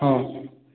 ହଉ